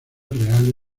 real